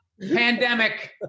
pandemic